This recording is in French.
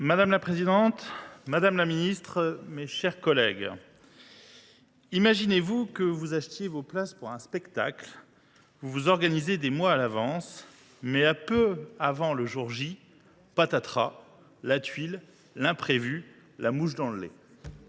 Madame la présidente, madame la ministre, mes chers collègues, imaginez que vous ayez acheté des places pour un spectacle. Vous vous êtes organisés des mois à l’avance, mais peu avant le jour J, patatras : la tuile, l’imprévu, la mouche dans le lait